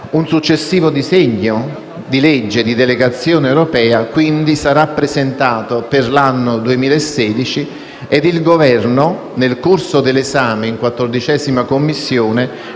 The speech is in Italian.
Un successivo disegno di legge di delegazione europea quindi sarà presentato per l'anno 2016 e il Governo, nel corso dell'esame in 14a Commissione,